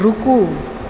रुकू